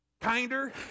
kinder